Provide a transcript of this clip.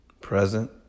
Present